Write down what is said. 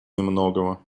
немногого